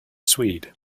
swede